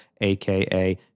AKA